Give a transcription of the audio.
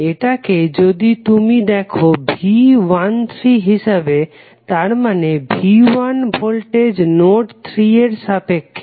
এটাকে যদি তুমি দেখো V13 হিসাবে তার মানে V1 ভোল্টেজ নোড 3 এর সাপেক্ষে